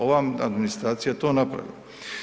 Ova administracija je to napravila.